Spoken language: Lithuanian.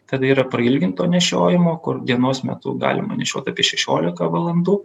tada yra prailginto nešiojimo kur dienos metu galima nešiot apie šešiolika valandų